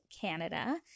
Canada